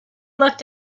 looked